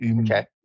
Okay